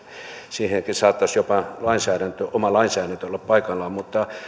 siihenkin saattaisi jopa lainsäädäntö oma lainsäädäntö olla paikallaan